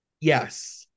yes